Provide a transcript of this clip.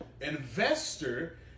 Investor